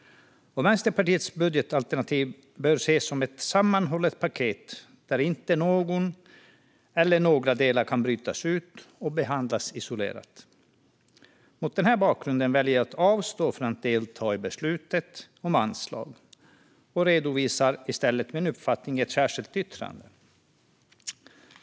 Vänsterpartiets budgetalternativ bör ses som ett sammanhållet paket där inte någon eller några delar kan brytas ut och behandlas isolerat. Mot denna bakgrund väljer jag att avstå från att delta i beslutet om anslag och redovisar i stället min uppfattning i ett särskilt yttrande.